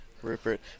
Rupert